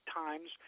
times